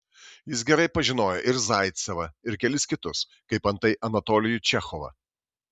jis gerai pažinojo ir zaicevą ir kelis kitus kaip antai anatolijų čechovą